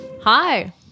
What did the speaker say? Hi